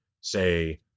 say